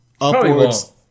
upwards